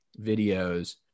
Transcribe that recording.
videos